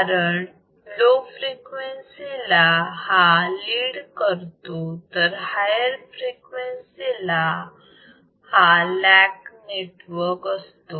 कारण low frequency ला हा लीड करतो तर हायर फ्रिक्वेन्सी ला याला लॅग नेटवर्क असतो